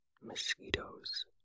mosquitoes